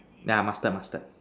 yeah master master